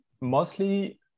mostly